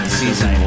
season